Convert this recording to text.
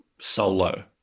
Solo